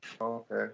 Okay